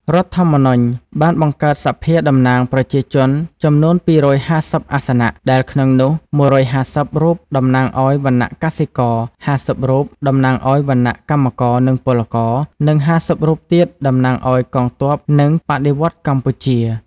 រដ្ឋធម្មនុញ្ញ បានបង្កើតសភាតំណាងប្រជាជនចំនួន២៥០ អាសនៈ ដែល ក្នុងនោះ ១៥០ រូបតំណាងឱ្យ វណ្ណៈកសិករ ៥០ រូបតំណាងឱ្យ វណ្ណៈកម្មករនិងពលករ និង៥០ រូបទៀតតំណាងឱ្យកងទ័ព បដិវត្តន៍កម្ពុជា ។